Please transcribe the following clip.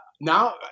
now